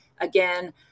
again